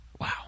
Wow